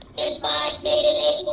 and buy kaden a